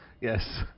yes